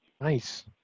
Nice